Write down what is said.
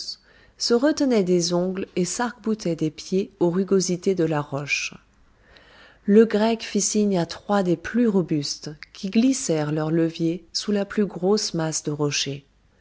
se retenaient des ongles et sarc boutaient des pieds aux rugosités de la roche le grec fit signe à trois des plus robustes qui glissèrent leurs leviers sous la plus grosse masse de rocher